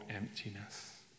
emptiness